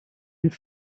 and